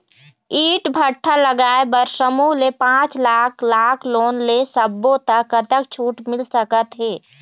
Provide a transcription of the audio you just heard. ईंट भट्ठा लगाए बर समूह ले पांच लाख लाख़ लोन ले सब्बो ता कतक छूट मिल सका थे?